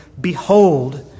Behold